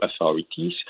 authorities